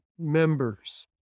members